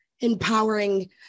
empowering